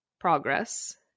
progress